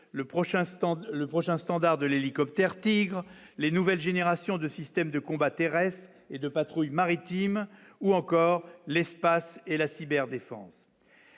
le prochain standard de l'hélicoptère Tigre, les nouvelles générations de systèmes de combat terrestre et de patrouille maritime ou encore l'espace et la cyber défense